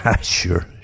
Sure